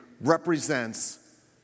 represents